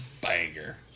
banger